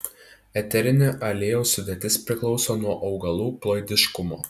eterinio aliejaus sudėtis priklauso nuo augalų ploidiškumo